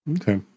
Okay